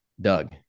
Doug